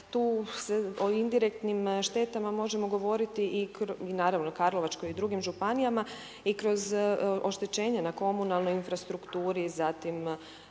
se o indirektnim štetama možemo govoriti i kroz, naravno Karlovačkoj i drugim županijama, i kroz oštećenja na komunalnoj infrastrukturi zatim